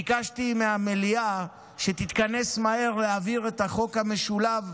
ביקשתי מהמליאה שתתכנס מהר להעביר את החוק המשולב,